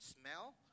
smell